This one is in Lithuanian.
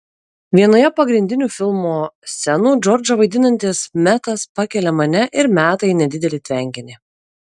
vienoje pagrindinių filmo scenų džordžą vaidinantis metas pakelia mane ir meta į nedidelį tvenkinį